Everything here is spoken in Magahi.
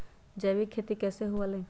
जैविक खेती कैसे हुआ लाई?